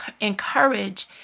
encourage